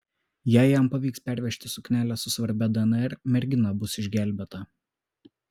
jei jam pavyks pervežti suknelę su svarbia dnr mergina bus išgelbėta